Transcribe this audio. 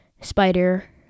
spider